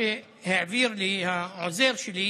שכורתים ראש של חמור.